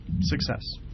Success